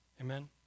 Amen